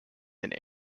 and